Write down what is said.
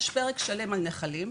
יש פרק שלם על נחלים,